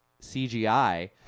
CGI